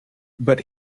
but